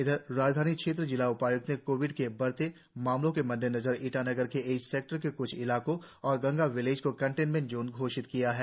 इधर राजधानी क्षेत्र जिला उपाय्क्त ने कोविड के बढ़ते मामलों के मद्देनजर ईटानगर के एच सेक्टर के क्छ इलाकों और गंगा विलेज को कंटेनमेंट जोन घोषित किया है